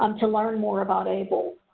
um to learn more about able.